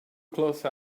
close